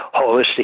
holistic